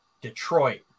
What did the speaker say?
Detroit